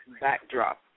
backdrop